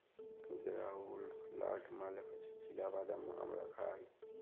গেরাউলড লাট মালে হছে চিলা বাদাম আমরা খায়